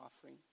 offering